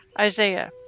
Isaiah